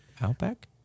Outback